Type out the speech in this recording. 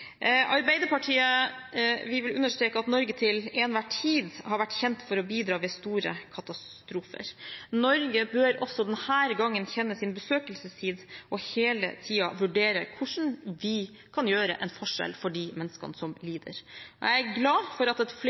Arbeiderpartiet vil understreke at Norge til enhver tid har vært kjent for å bidra ved store katastrofer. Norge bør også denne gangen kjenne sin besøkelsestid og hele tiden vurdere hvordan vi kan utgjøre en forskjell for de menneskene som lider. Jeg er glad for at et